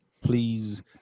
please